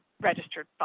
registered